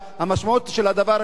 המשמעות של הדבר הזה,